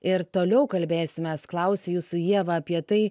ir toliau kalbėsimės klausiu jūsų ieva apie tai